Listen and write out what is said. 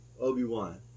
Obi-Wan